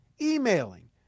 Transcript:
emailing